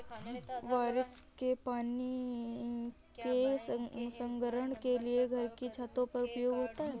बारिश के पानी के संग्रहण के लिए घर की छतों का उपयोग होता है